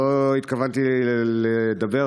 לא התכוונתי לדבר,